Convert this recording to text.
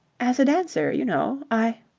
as a dancer, you know. i.